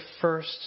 first